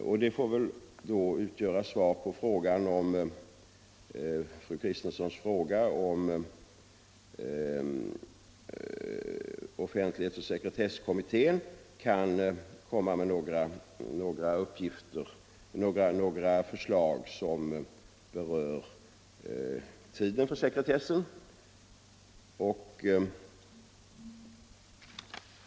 Detta får väl också utgöra svar på fru Kristenssons fråga, om offentlighetsoch sekretesslagstiftningskommittén kan väntas komma med några förslag som rör tiden för sekretessen.